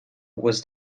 was